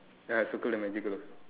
ya I circle the magical also